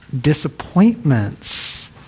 disappointments